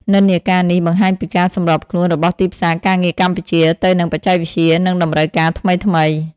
និន្នាការនេះបង្ហាញពីការសម្របខ្លួនរបស់ទីផ្សារការងារកម្ពុជាទៅនឹងបច្ចេកវិទ្យា និងតម្រូវការថ្មីៗ។